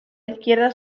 izquierda